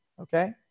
okay